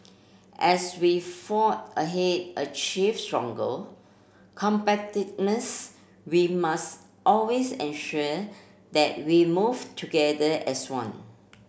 as we fore ahead achieve competitiveness we must always ensure that we move together as one